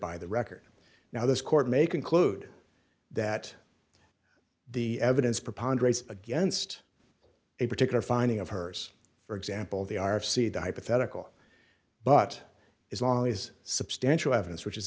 by the record now this court may conclude that the evidence preponderance against a particular finding of hers for example the r c the hypothetical but as long as substantial evidence which is